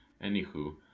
Anywho